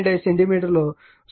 34 metre